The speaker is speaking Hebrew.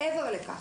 מעבר לכך,